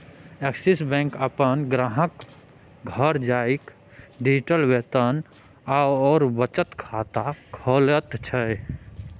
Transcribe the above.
axis bank अपन ग्राहकक घर जाकए डिजिटल वेतन आओर बचत खाता खोलैत छै